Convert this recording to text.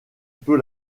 peu